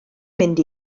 mynd